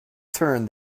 turned